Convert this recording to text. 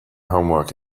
homework